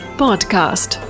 podcast